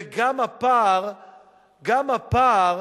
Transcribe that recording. וגם הפער